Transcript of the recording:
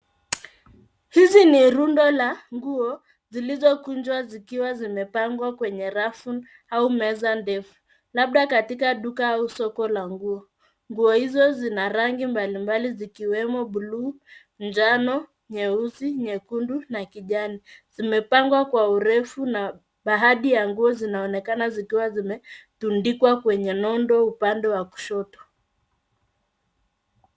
Hizi ni rundo la nguo zilizokunjwa zikiwa zimepangwa kwenye rafu au meza ndefu labda katika duka au soko la nguo. Nguo hizo zina rangi mbalimbali zikiwemo buluu, njano, nyeusi, nyekundu na kijani. Zimepangwa kwa urefu na baadhi ya nguo zinaonekana zikiwa zimetundikwa kwenye nondo upande wa kushoto.